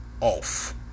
off